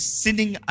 sinning